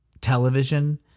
television